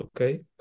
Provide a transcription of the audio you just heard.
Okay